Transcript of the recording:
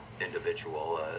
individual